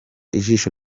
ijisho